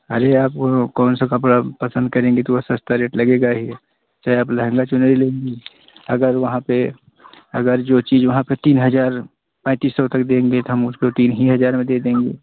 खाली आप कौन सा कपड़ा पसंद करेंगे तो वो सस्ता रेट लगेगा ही चाहे आप लहंगा चुनरी ले ली अगर वहाँ पर अगर जो चीज़ वहाँ पर तीन हज़ार पैंतीस सौ तक देंगे तो हम उसको तीन ही हज़ार में दे देंगे